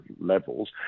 levels